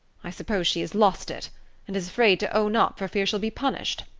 i suppose she has lost it and is afraid to own up for fear she'll be punished.